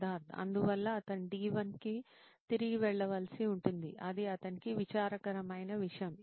సిద్ధార్థ్ అందువల్ల అతను D1 కి తిరిగి వెళ్ళవలసి ఉంటుంది అది అతనికి విచారకరమైన విషయం